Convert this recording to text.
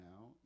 now